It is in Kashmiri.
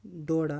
ڈوڈا